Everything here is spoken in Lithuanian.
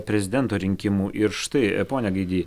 prezidento rinkimų ir štai pone gaidy